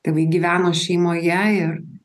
tėvai gyveno šeimoje ir